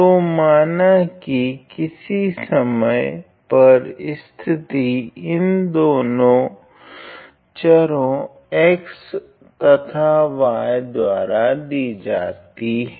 तो माना की किसी समय पर स्थिति इन दो चरों x तथा y द्वारा दी जाती है